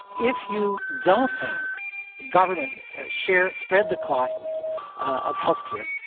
if you don't have government share, spread the costs of healthcare,